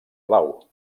blau